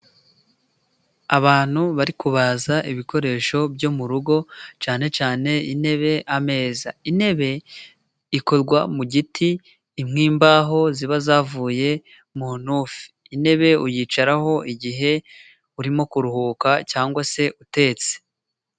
Abantu bari kubabaza ibikoresho byo mu rugo cyane cyane intebe, ameza ,intebe ikorwa mu giti nk' imbaho ziba zavuye mu ntufe. Intebe uyicaraho igihe urimo kuruhuka cyangwa se utetse.